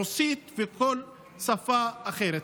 רוסית וכל שפה אחרת.